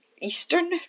eastern